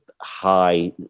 high